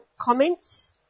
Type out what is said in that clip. comments